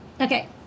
Okay